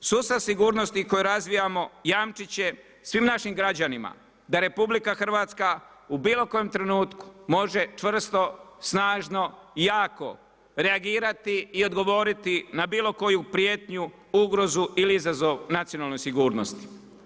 Sustav sigurnosti koji razvijamo jamčiti će svim našim građanima da RH u bilo kojem trenutku može čvrsto, snažno i jako reagirati i odgovoriti na bilo koju prijetnju, ugrozu ili izazov nacionalnoj sigurnosti.